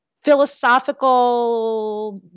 philosophical